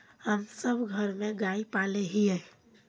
हम सब घर में गाय पाले हिये?